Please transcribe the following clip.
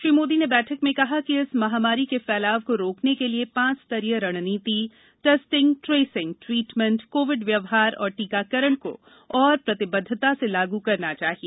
श्री मोदी ने बैठक में कहा कि इस महामारी के फैलाव को रोकने के लिए पांच स्तरीय रणनीति टेस्टिंग ट्रेसिंग ट्रीटमेंट कोविड व्यवहार और टीकाकरण को और प्रतिबद्वता से लागू करना चाहिए